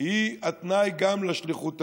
היא התנאי גם לשליחות הלאומית.